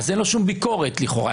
אז אין לו שום ביקורת לכאורה.